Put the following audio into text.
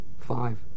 five